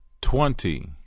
Twenty